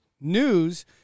news